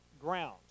ground